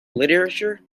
literature